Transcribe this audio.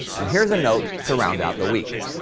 and here's a note to round out the week.